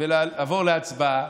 אנחנו ניכנס להצבעה.